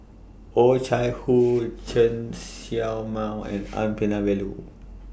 Oh Chai Hoo Chen Show Mao and N Palanivelu